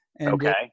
Okay